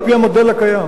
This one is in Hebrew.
על-פי המודל הקיים,